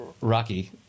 Rocky